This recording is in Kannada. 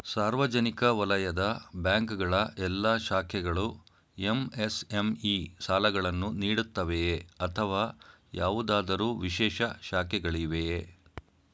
ಸಾರ್ವಜನಿಕ ವಲಯದ ಬ್ಯಾಂಕ್ ಗಳ ಎಲ್ಲಾ ಶಾಖೆಗಳು ಎಂ.ಎಸ್.ಎಂ.ಇ ಸಾಲಗಳನ್ನು ನೀಡುತ್ತವೆಯೇ ಅಥವಾ ಯಾವುದಾದರು ವಿಶೇಷ ಶಾಖೆಗಳಿವೆಯೇ?